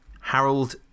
Harold